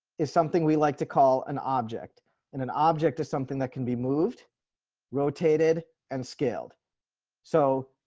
is something we like to call an object and an object is something that can be moved rotated and scaled so